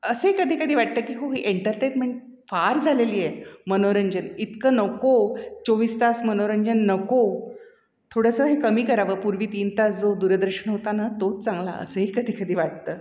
असे कधी कधी वाटतं की हो एंटरटेनमेंट फार झालेली आहे मनोरंजन इतकं नको चोवीस तास मनोरंजन नको थोडंसं हे कमी करावं पूर्वी तीन तास जो दूरदर्शन होता ना तोच चांगला असंही कधी कधी वाटतं